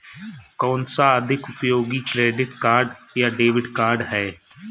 कौनसा अधिक उपयोगी क्रेडिट कार्ड या डेबिट कार्ड है?